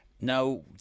Now